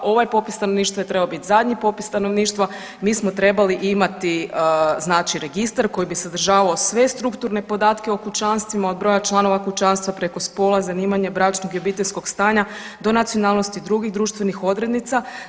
Ovaj popis stanovništva je trebao bit zadnji popis stanovništva, mi smo trebali imati znači registar koji bi sadržavao sve strukturne podatke o kućanstvima, od broja članova kućanstva preko spola, zanimanja, bračnog i obiteljskog stanja do nacionalnosti drugih društvenih odrednica.